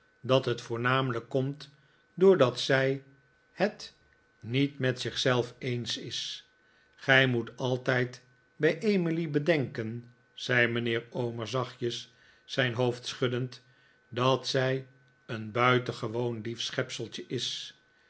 dat het voornieuws omtrent kleine emily namelijk komt doordat zij het niet met zich zelf eens is gij moet altijd bij emily bedenken zei mijnheer omer zachtjes zijn hoofd schuddend dat zij een buitengewoon lief schepseltje is